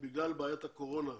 בגלל בעיית הקורונה,